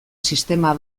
sistema